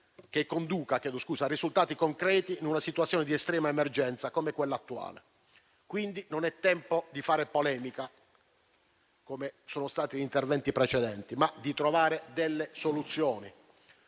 che conduca a risultati concreti in una situazione di estrema emergenza, come l'attuale. Non è tempo quindi di fare polemica, come avvenuto negli interventi precedenti, ma di trovare delle soluzioni.